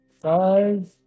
five